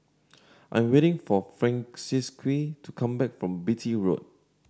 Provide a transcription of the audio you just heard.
I am waiting for Francisqui to come back from Beatty Road